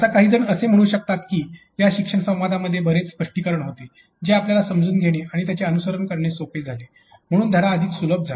आणि काहीजण असे म्हणू शकतात की या शिक्षण संवादांमध्ये बरेच स्पष्टीकरण होते जे आपल्याला समजून घेणे आणि त्यांचे अनुसरण करणे सोपे झाले म्हणून धडा अधिक सुलभ झाला